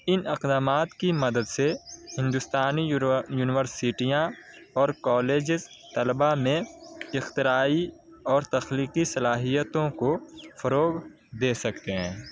ان اقدامات کی مدد سے ہندوستانی یونیورسٹیاں اور کالجز طلبہ میں اختراعی اور تخلیقی صلاحیتوں کو فروغ دے سکتے ہیں